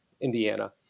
Indiana